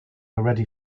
already